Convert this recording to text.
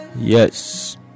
Yes